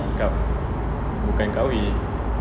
qa~ bukan qawi